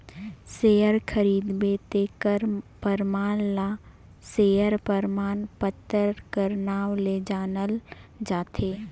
share खरीदबे तेखर परमान ल सेयर परमान पतर कर नांव ले जानल जाथे